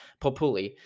Populi